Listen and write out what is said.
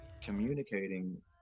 communicating